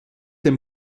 dem